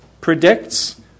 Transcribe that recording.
predicts